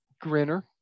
grinner